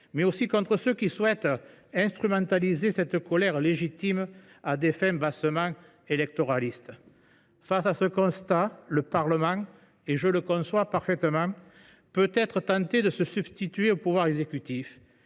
mais aussi contre ceux qui souhaitent instrumentaliser cette colère légitime à des fins bassement électoralistes. Face à ce constat, le Parlement, je le conçois parfaitement, peut être tenté de se substituer au pouvoir exécutif.